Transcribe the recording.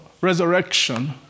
resurrection